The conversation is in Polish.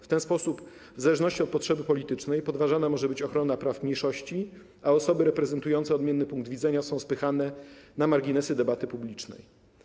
W ten sposób w zależności od potrzeby politycznej podważana może być ochrona praw mniejszości, a osoby reprezentujące odmienny punkt widzenia są spychane na marginesy debaty publicznej.